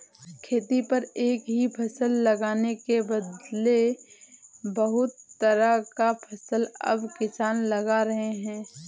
खेती पर एक ही फसल लगाने के बदले बहुत तरह का फसल अब किसान लगा रहे हैं